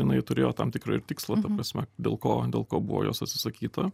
jinai turėjo tam tikrą ir tikslą ta prasme dėl ko dėl ko buvo jos atsisakyta